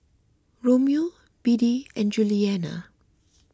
Romeo Beadie and Julianna